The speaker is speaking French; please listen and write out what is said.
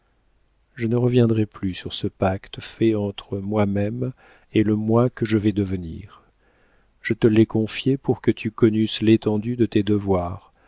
je ne reviendrai plus sur ce pacte fait entre moi-même et le moi que je vais devenir je te l'ai confié pour que tu connusses l'étendue de tes devoirs